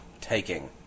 taking